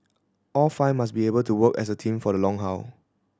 all five must be able to work as a team for the long haul